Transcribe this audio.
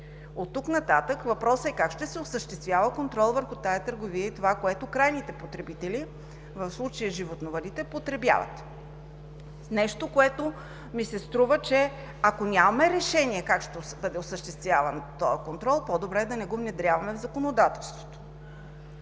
Оттук нататък въпросът е: как ще се осъществява контрол върху тази търговия и това, което крайните потребители, в случая – животновъдите, потребяват? Струва ми се, че ако нямаме решение как ще бъде осъществяван този контрол, по-добре да не го внедряваме в законодателството.